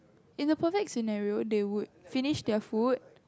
in a perfect scenario they would finish their food